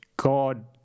God